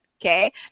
Okay